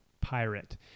Pirate